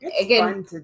Again